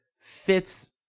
fits